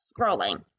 scrolling